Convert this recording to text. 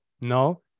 no